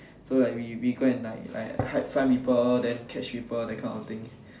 so like we we we go and like hide find people then catch people like all that kind of things